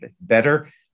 better